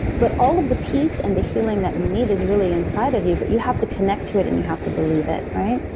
but all of the peace and the healing that you need is really inside of you, but you have to connect to it and you have to believe it, right?